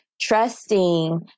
trusting